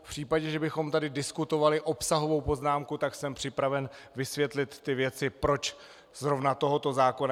V případě, že bychom tady diskutovali obsahovou poznámku, tak jsem připraven vysvětlit ty věci, proč zrovna tohoto zákona.